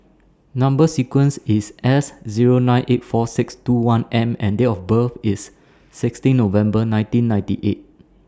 Number sequence IS S Zero nine eight four six two one M and Date of birth IS sixteen November nineteen ninety eight